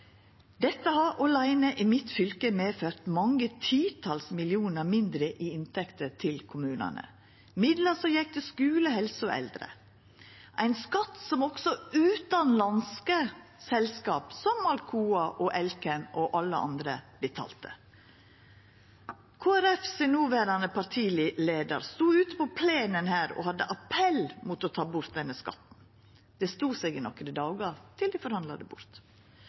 Dette åleine har i mitt fylke medført mange titals millionar mindre i inntekter til kommunane, midlar som gjekk til skule, helse og eldre, ein skatt som òg utanlandske selskap som Alcoa, Elkem og alle andre betalte. Kristeleg Folkepartis noverande partileiar stod ute på plenen her og heldt appell mot å ta bort denne skatten. Det stod seg i nokre dagar til dei forhandla han bort.